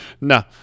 No